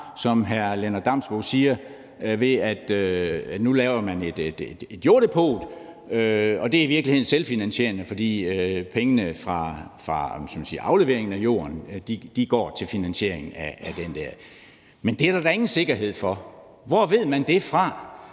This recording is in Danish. siger, at man kan spare ved nu at lave et jorddepot, som i virkeligheden er selvfinansierende, fordi pengene fra afleveringen af jorden går til finansieringen af den der. Men det er der da ingen sikkerhed for. Hvor ved man det fra?